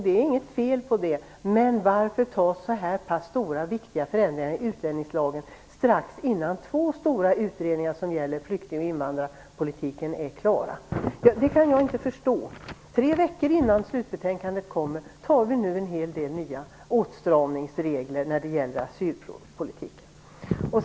Det är inget fel med det, men varför fatta beslut om så här stora och viktiga förändringar i utlänningslagen strax innan två stora utredningar som gäller flykting och invandrarpolitiken är klara? Det kan jag inte förstå. Tre veckor innan slutbetänkandet kommer antar vi nu en hel del nya åtstramningsregler när det gäller asylpolitiken.